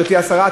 גברתי השרה,